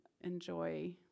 enjoy